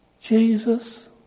Jesus